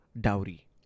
dowry